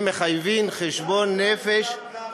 הן מחייבות חשבון נפש, אולי, סגן השר קרא,